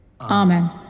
Amen